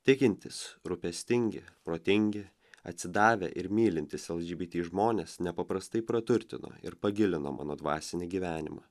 tikintys rūpestingi protingi atsidavę ir mylintys lgbt žmonės nepaprastai praturtino ir pagilino mano dvasinį gyvenimą